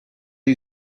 you